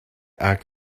act